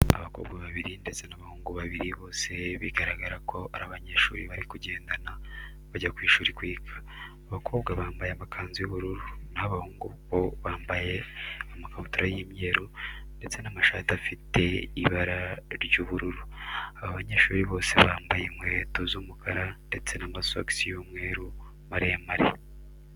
Abakobwa babiri ndetse n'abahungu babiri bose bigaragara ko ari abanyeshuri bari kugendana bajya ku ishuri kwiga. Abakobwa bambaye amakanzu y'ubururu, naho abahungu bo bambaye amakabutura y'imyeru ndetse n'amashati afite ibara ry'ubururu. Aba banyeshuri bose bambaye inkweto z'umukara ndetse n'amasogisi y'umweru maremare.